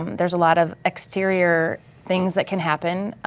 there's a lot of exterior things that can happen,